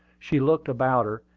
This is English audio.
she looked about her,